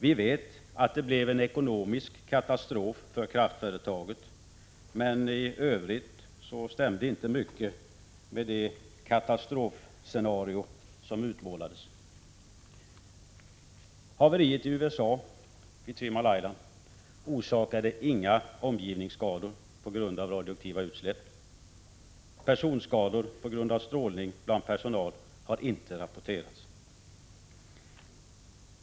Vi vet att det blev en ekonomisk katastrof för kraftföretaget, men i övrigt stämde inte mycket med det katastrofscenario som utmålades. Haveriet i USA vid Three Mile Island orsakade inga omgivningsskador på grund av radioaktiva utsläpp. Personskador på grund av strålning bland personal har inte rapporterats.